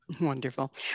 Wonderful